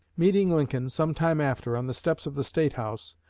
meeting lincoln some time after, on the steps of the state house,